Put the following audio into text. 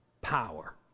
power